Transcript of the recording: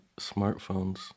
smartphones